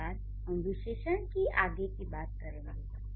इसके बाद हम विशेषण की आगे की बात करेंगे